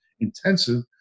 intensive